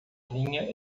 linha